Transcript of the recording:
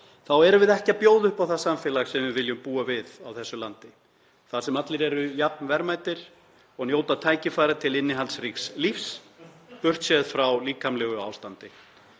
þá erum við ekki að bjóða upp á það samfélag sem við viljum búa við á þessu landi þar sem allir eru jafn verðmætir og njóta tækifæra til innihaldsríks lífs, burt séð frá líkamlegu ástandi.